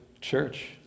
church